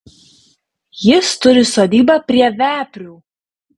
jis turi sodybą prie veprių